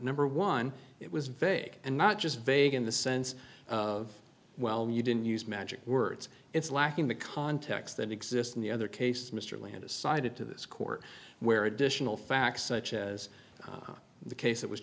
number one it was vague and not just vague in the sense of well you didn't use magic words it's lacking the context that exists in the other case mr landis cited to this court where additional facts such as the case that was